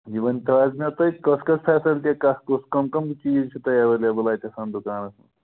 یہِ ؤنۍتَو حظ مےٚ تُہۍ کۅس کۅس فیسَلٹی کَتھ کُس کٕم کٕم چیٖز چھِو تۄہہِ ایٚویلیبُل اَتٮ۪تھ دُکانَس منٛز